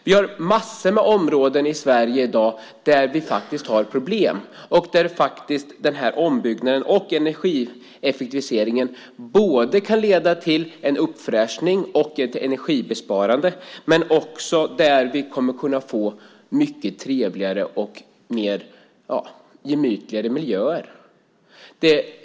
Vi har massor med områden i Sverige i dag där vi har problem och där ombyggnad och energieffektivisering kan leda till en uppfräschning och en energibesparing. Men vi kommer också att kunna få mycket trevligare och gemytligare miljöer.